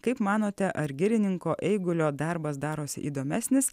kaip manote ar girininko eigulio darbas darosi įdomesnis